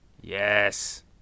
Yes